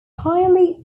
highly